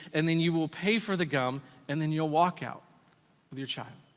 and then you will pay for the gum and then you'll walk out with your child.